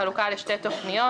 בחלוקה לשתי תוכניות.